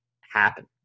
happen